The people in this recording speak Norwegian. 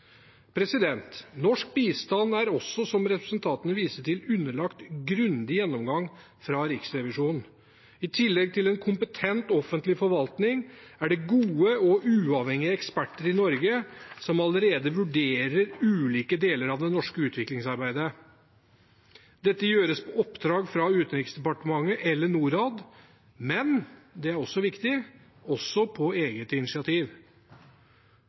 Norsk bistand er, som representantene viser til, også underlagt grundig gjennomgang fra Riksrevisjonen. I tillegg til en kompetent offentlig forvaltning er det gode og uavhengige eksperter i Norge som allerede vurderer ulike deler av det norske utviklingsarbeidet. Dette gjøres på oppdrag fra Utenriksdepartementet eller Norad, men også – og det er viktig – på eget initiativ.